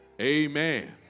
Amen